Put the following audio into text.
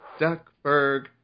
Duckburg